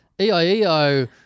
E-I-E-O